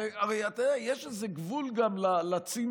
הרי יש איזה גבול לציניות.